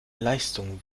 leistung